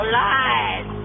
lies